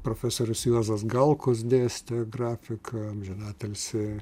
profesorius juozas galkus dėstė grafiką amžinatilsį